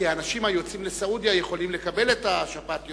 כי אנשים היוצאים לסעודיה יכולים לקבל את השפעת,